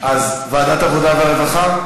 אז ועדת העבודה והרווחה?